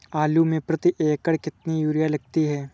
आलू में प्रति एकण कितनी यूरिया लगती है?